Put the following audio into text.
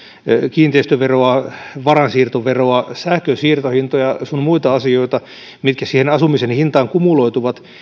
kiinteistöveroa varainsiirtoveroa sähkönsiirtohintoja sun muita asioita mitkä siihen asumisen hintaan kumuloituvat